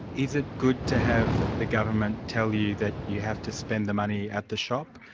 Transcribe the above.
is it good to have the government tell you that you have to spend the money at the shop?